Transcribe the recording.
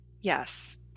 Yes